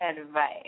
advice